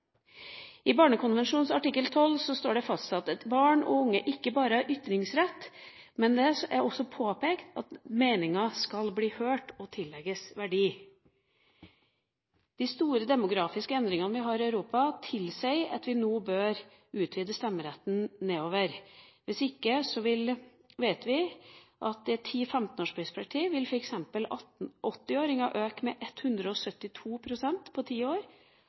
I barnekonvensjonens artikkel 12 står det at barn og unge ikke bare har ytringsrett, men det er også påpekt at meninger skal bli hørt og tillegges verdi. De store demografiske endringene vi har i Europa, tilsier at vi nå bør utvide stemmeretten nedover. Hvis ikke vet vi at i et 10–15 års perspektiv vil f.eks. antallet åttiåringer øke med 172 pst. på 10 år.